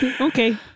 Okay